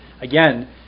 again